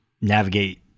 navigate